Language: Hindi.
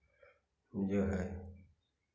जो है